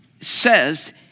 says